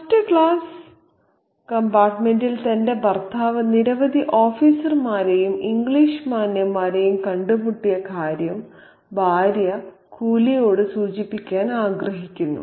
first class കമ്പാർട്ടുമെന്റിൽ തന്റെ ഭർത്താവ് നിരവധി ഓഫീസർമാരെയും ഇംഗ്ലീഷ് മാന്യന്മാരെയും കണ്ടുമുട്ടിയ കാര്യം ഭാര്യ കൂലിയോട് സൂചിപ്പിക്കാൻ ആഗ്രഹിക്കുന്നു